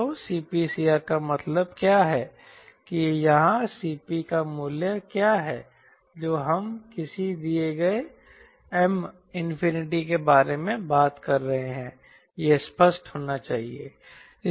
तो CPCR का मतलब क्या है कि यहां Cp का मूल्य क्या है जो हम किसी दिए गए M अनंत के बारे में बात कर रहे हैं यह स्पष्ट होना चाहिए